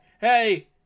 hey